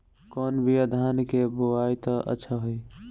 कौन बिया धान के बोआई त अच्छा होई?